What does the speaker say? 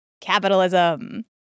Capitalism